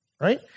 right